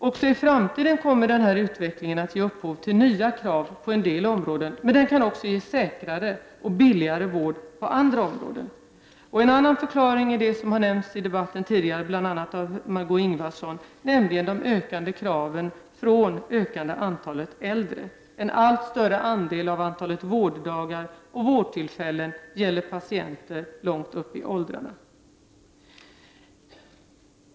Också i framtiden kommer den här utvecklingen att ge upphov till mera krav på en del områden, men den kan också ge säkrare och billigare vård på andra områden. En annan förklaring är det som har nämnts i debatten tidigare, bl.a. av Margö Ingvardsson, nämligen de ökande kraven från det ökande antalet äldre. En allt större andel av antalet vårddagar och vårdtillfällen gäller patienter långt upp i åldrarna.